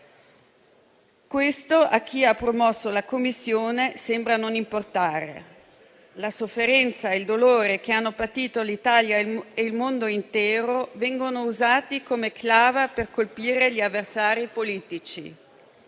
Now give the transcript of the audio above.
Questo a chi ha promosso la Commissione sembra non importare. La sofferenza e il dolore che hanno patito l'Italia e il mondo intero vengono usati come clava per colpire gli avversari politici: